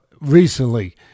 recently